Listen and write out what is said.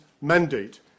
mandate